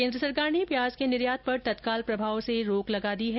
केन्द्र सरकार ने प्याज के निर्यात पर तत्काल प्रभाव से रोक लगा दी है